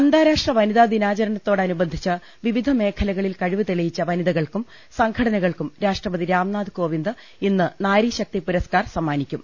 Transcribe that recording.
അന്താരാഷ്ട്ര വനിതാ ദിനാചരണത്തോടനുബന്ധിച്ച് വിവിധ മേഖലകളിൽ കഴിവ് തെളിയിച്ച വനിതകൾക്കും സംഘടനകൾക്കും രാഷ്ട്രപതി രാംനാഥ് കോവിന്ദ് ഇന്ന് നാരി ശക്തി പുരസ്ക്കാർ സമ്മാ നിക്കും